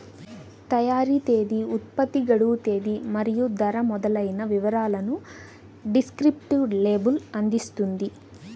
తయారీ తేదీ, ఉత్పత్తి గడువు తేదీ మరియు ధర మొదలైన వివరాలను డిస్క్రిప్టివ్ లేబుల్ అందిస్తుంది